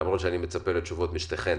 למרות שאני מצפה לתשובות משתיכן